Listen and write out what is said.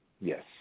Yes